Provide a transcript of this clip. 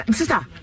Sister